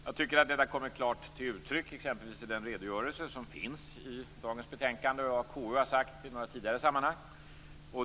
Jag tycker att detta kommer klart till uttryck i exempelvis den redogörelse som finns i dagens betänkande och i det som KU har sagt i några tidigare sammanhang.